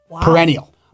perennial